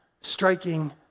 striking